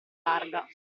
larga